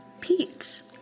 Pete